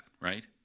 right